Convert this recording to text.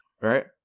right